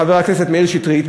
חבר הכנסת שטרית,